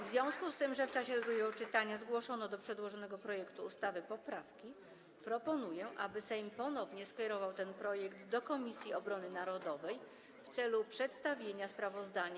W związku z tym, że w czasie drugiego czytania zgłoszono do przedłożonego projektu ustawy poprawki, proponuję, aby Sejm ponownie skierował ten projekt do Komisji Obrony Narodowej w celu przedstawienia sprawozdania.